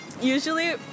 Usually